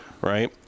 right